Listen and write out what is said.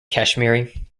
kashmiri